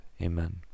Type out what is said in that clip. Amen